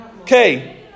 Okay